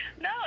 No